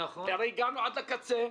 הגענו עד לקצה.